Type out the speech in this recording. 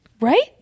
Right